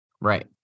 Right